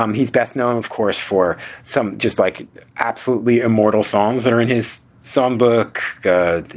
um he's best known, of course, for some just like absolutely immortal songs that are in his some book.